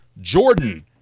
Jordan